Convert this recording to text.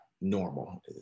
normal